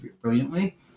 brilliantly